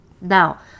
Now